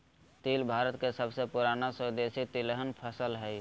तिल भारत के सबसे पुराना स्वदेशी तिलहन फसल हइ